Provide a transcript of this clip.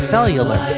Cellular